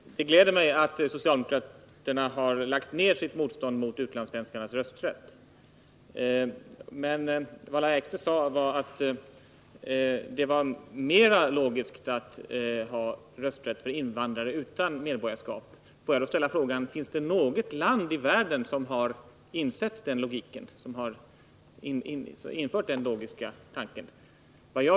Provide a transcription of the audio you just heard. Fru talman! Det gläder mig att socialdemokraterna har lagt ned sitt motstånd mot utlandssvenskarnas rösträtt. Men vad Lahja Exner sade var att det var mera logiskt att ha rösträtt för invandrare utan medborgarskap. Får jag då ställa frågan: Finns det något land i världen som har insett den logiken? Finns det något land i världen som har omsatt den logiska tanken i praktiken?